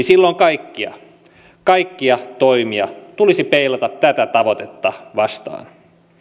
silloin kaikkia kaikkia toimia tulisi peilata tätä tavoitetta vastaan